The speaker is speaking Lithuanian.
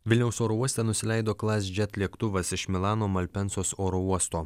vilniaus oro uoste nusileido klasjet lėktuvas iš milano malpensos oro uosto